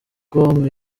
com